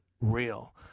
real